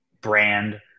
brand